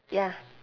ya